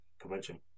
convention